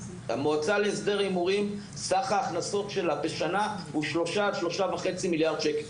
סך ההכנסות של המועצה להסדר הימורים הוא 3 - 3.5 מיליארד שקל.